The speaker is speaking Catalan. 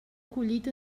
collit